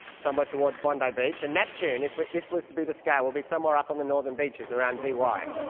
somewhere towards bondi beach, and neptune, if this was to be to scale, would be somewhere up on the northern beaches, around dee why.